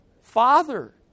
Father